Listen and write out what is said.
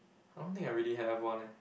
I don't think I really have one eh